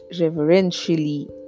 reverentially